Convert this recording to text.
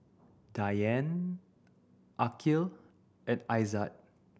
Dian Aqil and Aizat